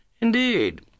Indeed